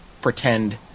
pretend